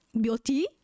beauty